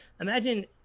Imagine